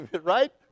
right